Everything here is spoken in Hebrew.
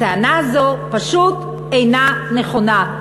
הטענה הזאת פשוט אינה נכונה.